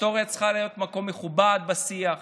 היסטוריה צריכה להיות מקום מכובד בשיח,